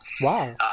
Wow